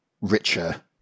richer